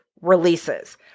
releases